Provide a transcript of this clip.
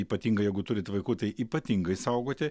ypatingai jeigu turit vaikų tai ypatingai saugoti